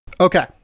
Okay